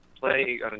play